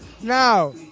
Now